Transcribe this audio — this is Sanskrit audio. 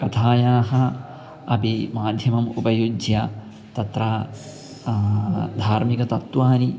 कथायाः अपि माध्यमम् उपयुज्य तत्र धार्मिकतत्त्वानि